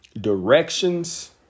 directions